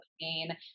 pain